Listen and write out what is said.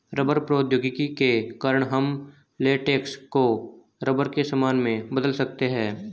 rubber प्रौद्योगिकी के कारण हम लेटेक्स को रबर के सामान में बदल सकते हैं